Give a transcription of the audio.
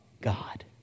God